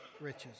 riches